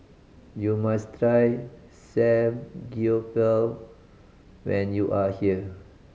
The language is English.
you must try Samgyeopsal when you are here